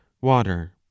water